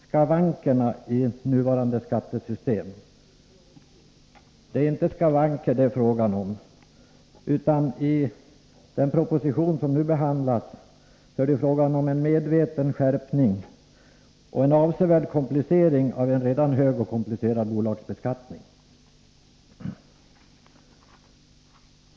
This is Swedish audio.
”Skavankerna i nuvarande skattesystem” — nej, det är inte skavanker det är fråga om, utan i den proposition som nu behandlas är det fråga om en medveten skärpning och en avsevärd tillkrångling av en redan hög och komplicerad bolagsbeskattning.